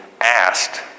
asked